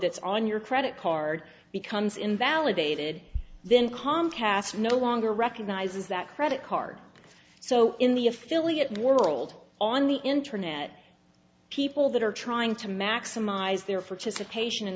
that's on your credit card becomes invalidated then comcast no longer recognizes that credit card so in the affiliate world on the internet people that are trying to maximize the